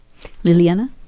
Liliana